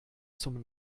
zum